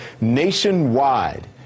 nationwide